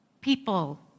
People